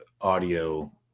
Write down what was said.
audio